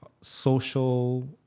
social